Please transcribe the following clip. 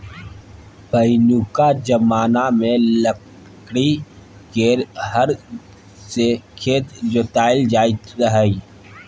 पहिनुका जमाना मे लकड़ी केर हर सँ खेत जोताएल जाइत रहय